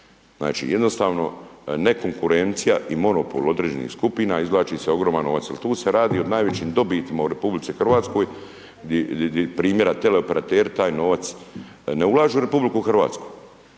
Znači, jednostavno, nekonkurencija i monopol određenih skupina izvlači se ogroman novac. Jel tu se radi o najvećim dobitima u RH gdje primjera teleoperateri taj novac ne ulažu u RH, ulažu u